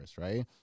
right